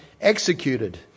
executed